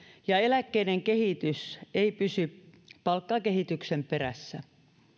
ja eläkkeiden kehitys ei pysy palkkakehityksen perässä